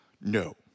no